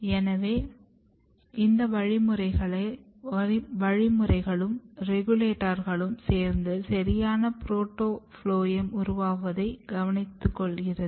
எனவே இந்த வழிமுறைகளும் ரெகுலேட்டர்களும் சேர்ந்து சரியான புரோட்டோஃபுளோயம் உருவாவதை கவனித்துக்கொள்கிறது